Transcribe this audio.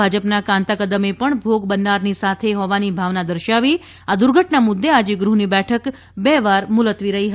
ભાજપના કાંતા કદમે પણ ભોગ બનનારની સાથે હોવાની ભાવના દર્શાવી આ દુર્ધટના મુદ્દે આજે ગૃહની બેઠક બે વાર મુલત્વી રહી હતી